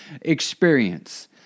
experience